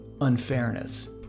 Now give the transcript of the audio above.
unfairness